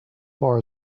far